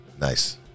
Nice